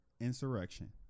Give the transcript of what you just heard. insurrection